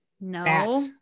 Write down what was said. No